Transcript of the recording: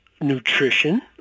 nutrition